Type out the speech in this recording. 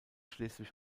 schleswig